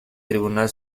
tribunal